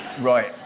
right